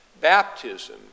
Baptism